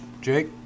Jake